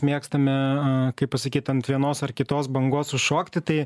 mėgstame kaip pasakyt ant vienos ar kitos bangos užšokti tai